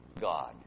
God